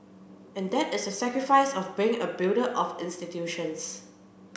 and that is a sacrifice of being a builder of institutions